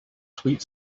sweet